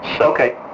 Okay